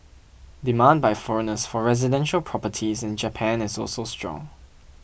demand by foreigners for residential properties in Japan is also strong